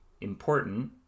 important